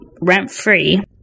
rent-free